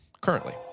currently